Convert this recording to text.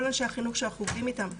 כל אנשי החינוך שאנחנו עובדים איתם.